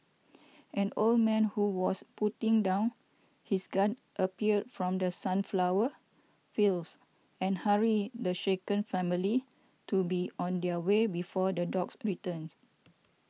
an old man who was putting down his gun appeared from the sunflower fields and hurried the shaken family to be on their way before the dogs returns